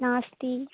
नास्ति